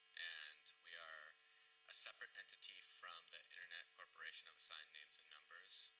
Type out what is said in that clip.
and we are a separate entity from the internet corporation of assigned names and numbers.